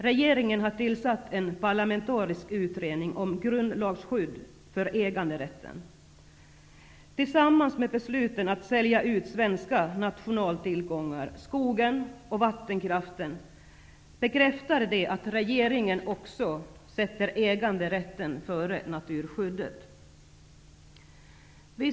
Regeringen har tillsatt en parlamentarisk utredning om grundlagsskydd för äganderätten. Tillsammans med besluten att sälja ut svenska nationaltillgångar, skogen och vattenkraften, bekräftar det att regeringen också sätter äganderätten före naturskyddet.